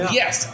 yes